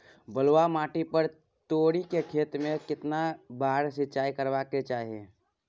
बलुआ माटी पर तोरी के खेती में केतना बार सिंचाई करबा के चाही?